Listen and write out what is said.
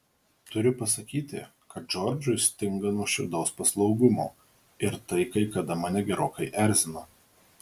turiu pasakyti kad džordžui stinga nuoširdaus paslaugumo ir tai kai kada mane gerokai erzina